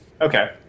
Okay